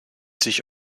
sich